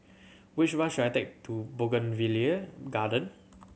which bus should I take to Bougainvillea Garden